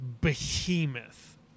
behemoth